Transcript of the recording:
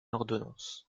ordonnance